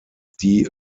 die